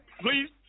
Please